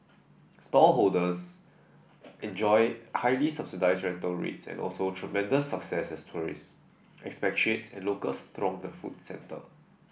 stallholders enjoyed highly subsidised rental rates and also tremendous success as tourists expatriates and locals thronged the food centre